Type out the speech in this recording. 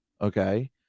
okay